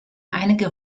einige